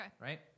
right